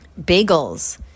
bagels